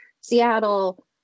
Seattle